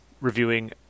reviewing